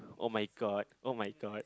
[oh]-my-god [oh]-my-god